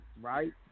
Right